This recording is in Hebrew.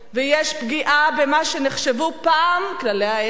ויש פגיעה במה שנחשבו פעם כללי האתיקה,